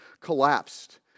collapsed